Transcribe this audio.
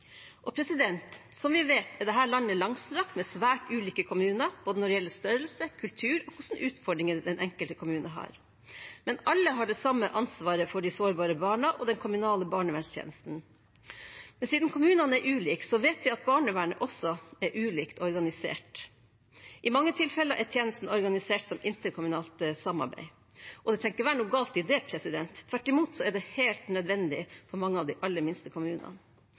og bistand fra den kommunale barnevernstjenesten. Som vi vet, er dette landet langstrakt, med svært ulike kommuner både når det gjelder størrelse, kultur og hvilke utfordringer den enkelte kommune har. Men alle har det samme ansvaret for de sårbare barna og den kommunale barnevernstjenesten. Siden kommunene er ulike, vet vi at barnevernet også er ulikt organisert. I mange tilfeller er tjenesten organisert som interkommunalt samarbeid, og det trenger ikke å være noe galt i det. Tvert imot er det helt nødvendig for mange av de aller minste kommunene,